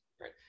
right